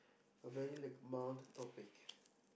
a very like mild topic